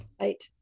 right